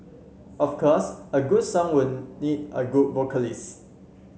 of course a good song would need a good vocalist